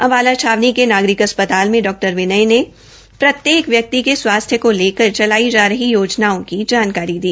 अम्बाला छावनी के नागरिक अस्पताल में डॉ विनय ने प्रत्येक व्यकित के स्वास्थ्रू को लेकर चलाई जा रही योजनाओं की जानकारी दी